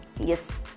yes